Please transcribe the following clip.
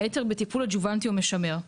היתר בטיפול משלים או משמר,